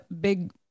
big